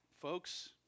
Folks